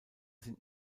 sind